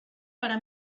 para